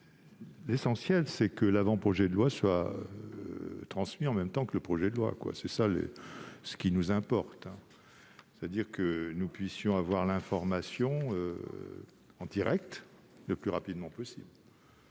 L'essentiel est en effet que l'avant-projet de loi soit transmis en même temps que le projet de loi. Ce qui nous importe est que nous puissions avoir l'information en direct, le plus rapidement possible.